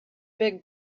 big